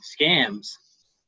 scams